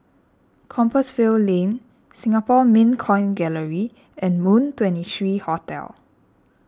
Compassvale Lane Singapore Mint Coin Gallery and Moon twenty three Hotel